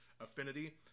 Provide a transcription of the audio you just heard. Affinity